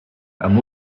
amb